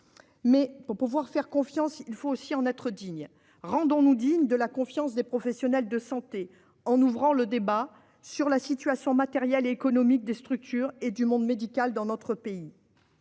pas seulement faire confiance, il nous faut nous aussi être dignes de confiance. Rendons-nous dignes de la confiance des professionnels de santé en ouvrant le débat sur la situation matérielle et économique des structures et du monde médical dans notre pays.